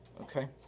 okay